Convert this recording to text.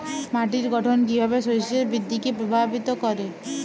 মাটির গঠন কীভাবে শস্যের বৃদ্ধিকে প্রভাবিত করে?